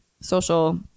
social